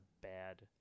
bad